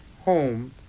home